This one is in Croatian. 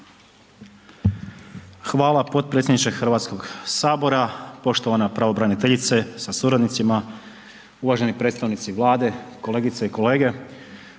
Hvala potpredsjedniče Hrvatskog sabora, poštovana pravobraniteljice sa suradnicima, uvaženi predstavnici Vlade, kolegice i kolege.